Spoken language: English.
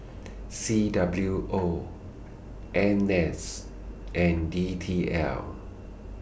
C W O N S and D T L